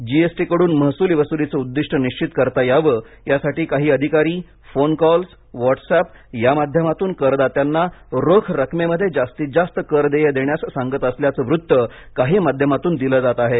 जी S T कडून महसूल वसुलीचे उद्दीष्ट निश्चित करता यावे यासाठी काही अधिकारी फोन कॉल व्हॉट्सअॅप या माध्यमातून करदात्यांना रोख रकमेमध्ये मध्ये जास्तीत जास्त कर देय देण्यास सांगत असल्याचं वृत्त काही माध्यमातून दिलं जात आहे